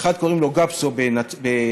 לאחד קוראים גבסו וזה בנצרת,